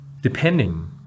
depending